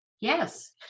Yes